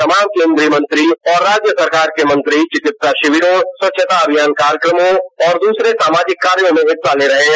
तमाम केन्द्रीय मंत्री और राज्य सरकार के मंत्री चिकित्सा शिविरों स्वच्छता अभियान कार्यक्रमों और दूसरे सामाजिक कार्यो में हिस्सा ले रहे हैं